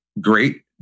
great